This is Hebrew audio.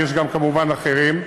ויש גם כמובן אחרים,